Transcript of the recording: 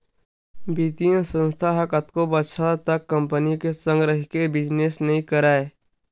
बित्तीय संस्था ह कतको बछर तक कंपी के संग रहिके बिजनेस नइ करय